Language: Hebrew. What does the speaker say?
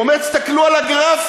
הוא אומר: תסתכלו על הגרפים,